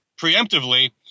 preemptively